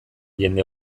jende